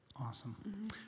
Awesome